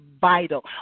vital